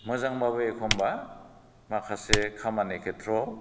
मोजांबाबो एखनबा माखासे खामानि खेथ्र'आव